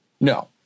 No